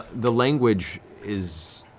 the language is